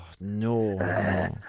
no